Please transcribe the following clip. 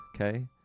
okay